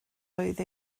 oedd